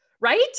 right